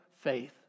faith